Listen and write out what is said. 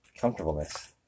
comfortableness